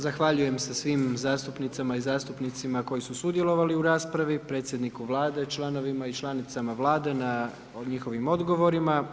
Zahvaljujem se svim zastupnicama i zastupnicima koji su sudjelovali u raspravi, predsjedniku Vlade, članovima i članicama Vlade na njihovim odgovorima.